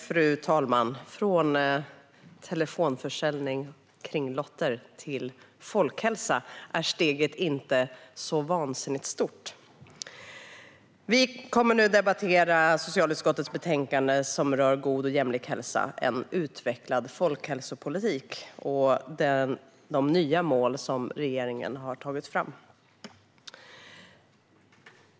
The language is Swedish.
Fru talman! Från telefonförsäljning av lotter till folkhälsa är steget inte så vansinnigt stort. Vi kommer nu att debattera socialutskottets betänkande God och jämlik hälsa - en utvecklad folkhälsopolitik och de nya mål som regeringen har tagit fram.